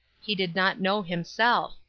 he did not know himself.